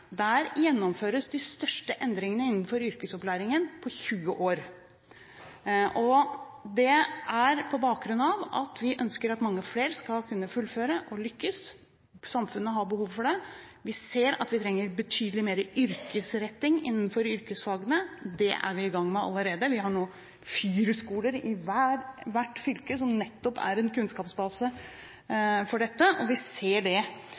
Der gjennomføres de største endringene innenfor yrkesopplæringen på 20 år. Det er på bakgrunn av at vi ønsker at mange flere skal kunne fullføre og lykkes. Samfunnet har behov for det. Vi ser at vi trenger betydelig mer yrkesretting innenfor yrkesfagene. Det er vi i gang med allerede. Vi har nå FYR-skoler i hvert fylke. De er nettopp en kunnskapsbase for dette, og vi ser det